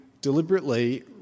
deliberately